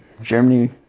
Germany